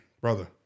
brother